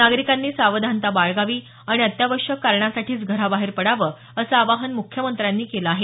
नागरिकांनी सावधानता बाळगावी आणि अत्यावश्यक कारणांसाठीच घराबाहेर पडावं असं आवाहन मुख्यमंत्र्यांनी केलं आहे